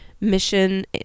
mission